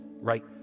Right